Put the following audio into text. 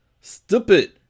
Stupid